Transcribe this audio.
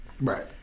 Right